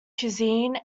cuisine